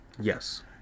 Yes